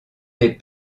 des